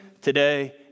today